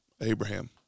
Abraham